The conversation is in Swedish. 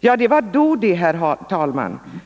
Ja, det var då det, herr talman.